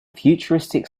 futuristic